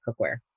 cookware